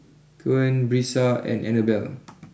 Coen Brisa and Annabelle